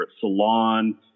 salon